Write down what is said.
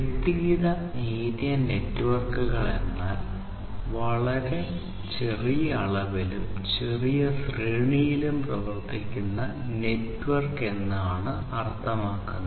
വ്യക്തിഗത ഏരിയ നെറ്റ്വർക്കുകൾ എന്നാൽ വളരെ ചെറിയ അളവിലും ചെറിയ ശ്രേണിയിലും പ്രവർത്തിക്കുന്ന നെറ്റ്വർക്ക് എന്നാണ് അർത്ഥമാക്കുന്നത്